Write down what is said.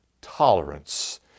tolerance